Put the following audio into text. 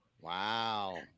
Wow